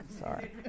Sorry